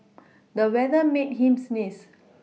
the weather made him sneeze